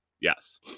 yes